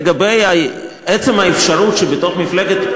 לגבי עצם האפשרות שבתוך מפלגת,